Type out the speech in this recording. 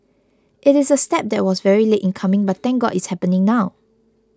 it is a step that was very late in coming but thank God it's happening now